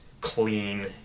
clean